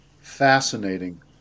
fascinating